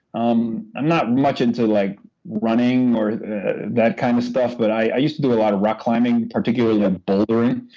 i'm and not much into like running or that kind of stuff, but i used to do a lot of rock climbing, particularly bouldering.